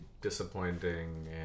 disappointing